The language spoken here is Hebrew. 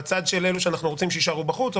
בצד של אלו שאנחנו רוצים שיישארו בחוץ או